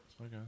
Okay